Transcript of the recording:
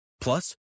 Plus